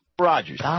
Rogers